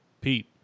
Pete